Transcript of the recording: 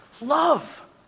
love